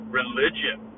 religion